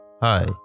Hi